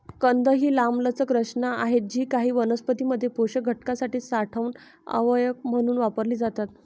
कंद ही लांबलचक रचना आहेत जी काही वनस्पतीं मध्ये पोषक घटकांसाठी साठवण अवयव म्हणून वापरली जातात